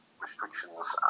restrictions